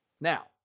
Now